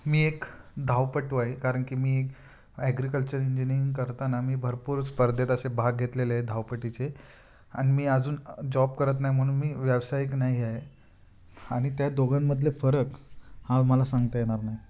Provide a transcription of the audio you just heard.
मी एक धावपटू आहे कारण की मी ॲग्रीकल्चर इंजिनिंग करताना मी भरपूर स्पर्धेत असे भाग घेतलेले आहे धावपटूचे आणि मी अजून जॉब करत नाही म्हणून मी व्यावसायिक नाही आहे आणि त्या दोघांमधले फरक हा मला सांगता येणार नाही